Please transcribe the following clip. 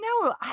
no